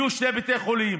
יהיו שני בתי חולים,